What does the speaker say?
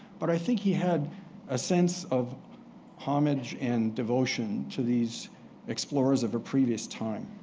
but i think he had a sense of homage and devotion to these explorers of a previous time.